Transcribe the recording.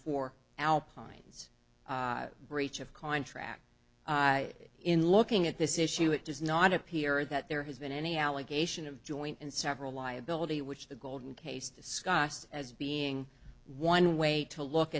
for alpines breach of contract in looking at this issue it does not appear that there has been any allegation of joint and several liability which the golden case discussed as being one way to look